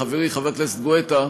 חברי חבר הכנסת גואטה,